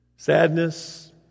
Sadness